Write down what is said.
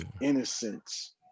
innocence